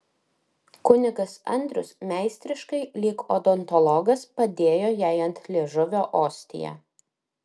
kunigas andrius meistriškai lyg odontologas padėjo jai ant liežuvio ostiją